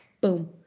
boom